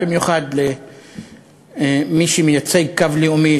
במיוחד למי שמייצג קו לאומי,